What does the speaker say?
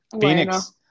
Phoenix